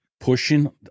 pushing